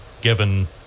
given